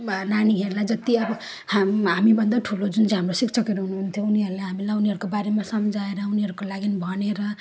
वा नानीहरूलाई जति अब हाम हामीभन्दा ठुलो जुन चाहिँ हाम्रो शिक्षकहरू हुनुहुन्थ्यो उनीहरूलाई हामीले उनीहरूको बारेमा सम्झाएर उनीहरूको लागि भनेर